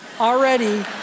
already